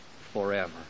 forever